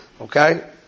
Okay